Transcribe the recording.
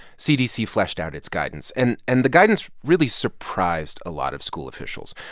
cdc fleshed out its guidance. and and the guidance really surprised a lot of school officials.